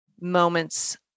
moments